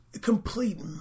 Complete